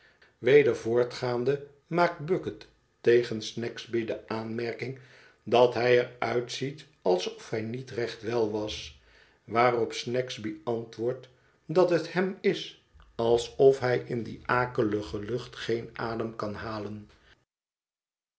weder voortgaande maakt bucket tegen snagsby de aanmerking dat hij er uitziet alsof hij niet recht wel was waarop snagsby antwoordt dat het hem is alsof hij in die akelige lucht geen adem kan halen